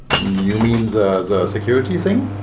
you mean the security thing?